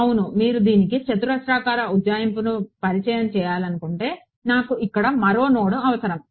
అవును మీరు దీనికి చతురస్రాకార ఉజ్జాయింపుని పరిచయం చేయాలనుకుంటే నాకు ఇక్కడ మరో నోడ్ అవసరం